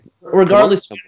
regardless